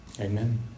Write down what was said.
Amen